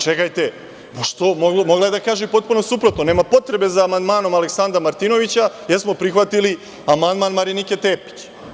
Čekajte, mogla je da kaže potpuno suprotno – nema potrebe za amandmanom Aleksandra Martinovića, jer smo prihvatili amandman Marinike Tepić.